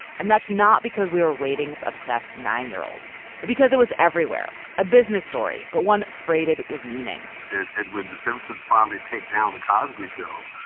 and that's not because we were ratings obsessed nine year olds but because it was everywhere a business story but one freighted with meaning and and with the simpsons finally take down the cosby show.